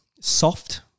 soft